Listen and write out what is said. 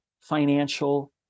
financial